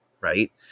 right